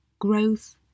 growth